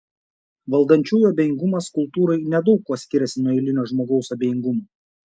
valdančiųjų abejingumas kultūrai nedaug kuo skiriasi nuo eilinio žmogaus abejingumo